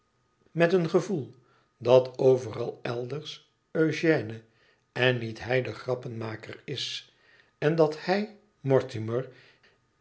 met een gevoel dat overal elders ëugène en niet hij de grappenmaker is en dat hij